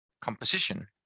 composition